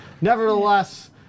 nevertheless